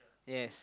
yes